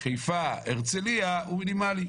חיפה והרצליה הוא מינימאלי.